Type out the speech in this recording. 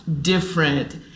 different